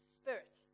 spirit